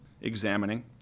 examining